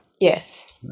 Yes